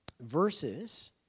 verses